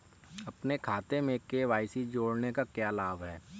अपने खाते में के.वाई.सी जोड़ने का क्या लाभ है?